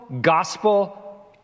gospel